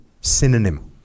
synonym